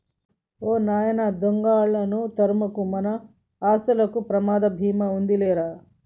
ఓ నాయన దొంగలా ఆళ్ళను తరమకు, మన ఆస్తులకు ప్రమాద భీమా ఉందాది లేరా